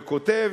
וכותב: